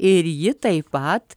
ir ji taip pat